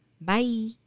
bye